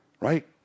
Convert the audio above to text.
Right